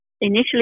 initially